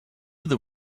there